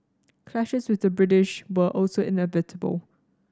clashes with the British were also inevitable